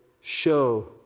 show